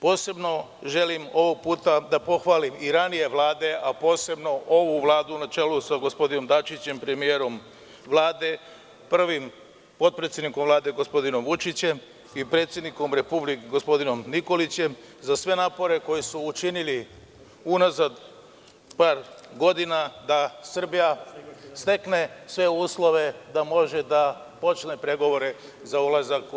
Posebno želim da pohvalim i ranije vlade, a posebno ovu Vladu na čelu sa gospodinom Dačićem, premijerom vlade, prvim potpredsednikom Vlade gospodinom Vučićem i predsednikom Republike gospodinom Nikolićem, za sve napore koje su učinili unazad par godina da Srbija stekne sve uslove da može da počne pregovore za ulazak u EU.